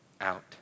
out